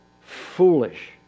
foolish